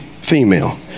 female